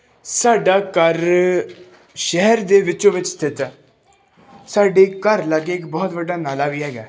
ਸਾਡਾ ਘਰ ਸ਼ਹਿਰ ਦੇ ਵਿੱਚੋ ਵਿੱਚ ਸਥਿਤ ਹੈ ਸਾਡੇ ਘਰ ਲਾਗੇ ਇੱਕ ਬਹੁਤ ਵੱਡਾ ਨਾਲਾ ਵੀ ਹੈਗਾ